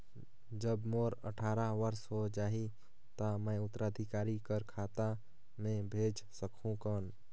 जब मोर अट्ठारह वर्ष हो जाहि ता मैं उत्तराधिकारी कर खाता मे भेज सकहुं कौन?